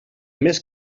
més